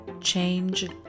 Change